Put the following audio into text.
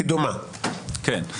כן.